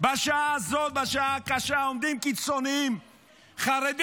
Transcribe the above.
בשעה הזאת, בשעה הקשה, עומדים קיצונים חרדים,